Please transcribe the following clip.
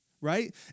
right